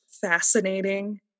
fascinating